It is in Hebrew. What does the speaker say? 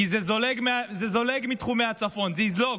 כי זה זולג מתחומי הצפון, זה יזלוג,